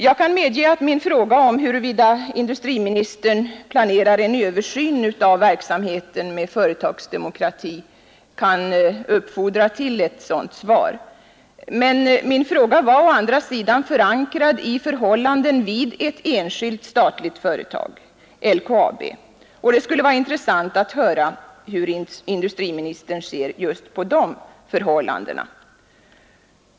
Jag kan medge att min fråga, huruvida industriministern planerar en översyn av verksamheten med företagsdemokrati, kan uppfordra till en sådant svar. Men min fråga var å andra sidan förankrad i förhållandena vid ett enskilt företag — LKAB — och det skulle ha varit intressant att höra hur industriministern ser på just de förhållandena.